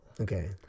Okay